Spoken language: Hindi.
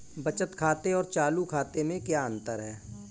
बचत खाते और चालू खाते में क्या अंतर है?